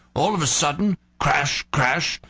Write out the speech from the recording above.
all of a sudden crash, crash!